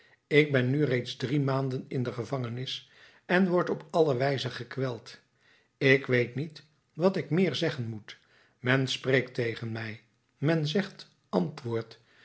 ik ben nu reeds drie maanden in de gevangenis en word op alle wijzen gekweld ik weet niet wat ik meer zeggen moet men spreekt tegen mij men zegt antwoord